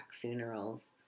funerals